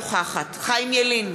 אינה נוכחת חיים ילין,